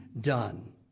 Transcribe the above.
done